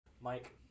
Mike